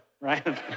right